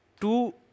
Two